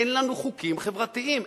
אין לנו חוקים חברתיים.